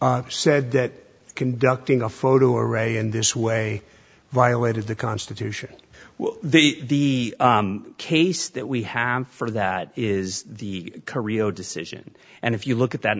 said that conducting a photo array in this way violated the constitution well the case that we have for that is the korea decision and if you look at that